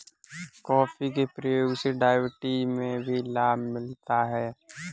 coffee के प्रयोग से डायबिटीज में भी लाभ मिलता है